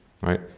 Right